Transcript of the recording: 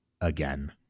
again